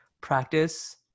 practice